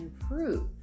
improve